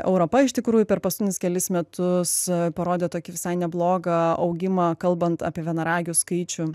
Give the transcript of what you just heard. europa iš tikrųjų per paskutinius kelis metus parodė tokį visai neblogą augimą kalbant apie vienaragių skaičių